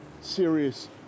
serious